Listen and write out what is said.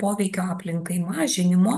poveikio aplinkai mažinimo